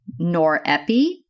norepi